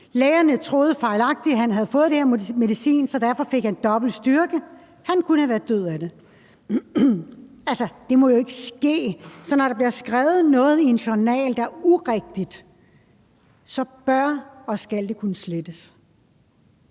Lægerne troede fejlagtigt, at han havde fået det her medicin, så derfor fik han dobbelt styrke. Han kunne være død af det. Altså, det må jo ikke ske! Så når der bliver skrevet noget i en journal, der er urigtigt, så bør og skal det kunne slettes.